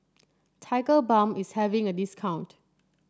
Tigerbalm is having a discount